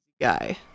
guy